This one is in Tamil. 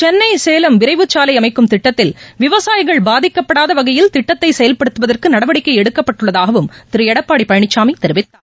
சென்னை சேலம் விரைவுச் சாலைஅமைக்கும் திட்டத்தில் விவசாயிகள் பாதிக்கப்படாதவகையில் திட்டத்தைசெயல்படுத்துவதற்குநடவடிக்கைஎடுக்கப்பட்டுள்ளதாகதிருஎடப்பாடிபழனிசாமிதெரிவித்தார்